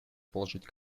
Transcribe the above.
положить